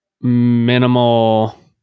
minimal